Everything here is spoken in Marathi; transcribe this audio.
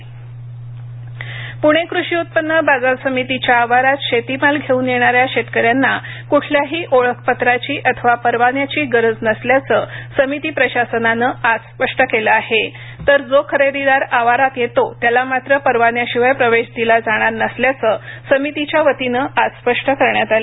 प्णे क्रषी उत्पन्न बाजार समितीच्या आवारात शेतीमाल घेऊन येणाऱ्या शेतकऱ्यांना कठल्याही ओळखपत्राची अथवा परवान्याची गरज नसल्याचं समिती प्रशासनानं आज स्पष्ट केलं आहे तर जो खरेदीदार आवारात येतो त्याला मात्र परवान्याशिवाय प्रवेश दिला जाणार नसल्याचं समितीच्यावतीनं आज स्पष्ट करण्यात आलं